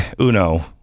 Uno